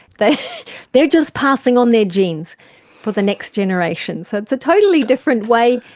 they they are just passing on their genes for the next generation. so it's a totally different way,